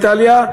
איטליה,